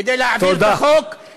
כדי להעביר את החוק, תודה.